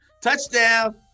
Touchdown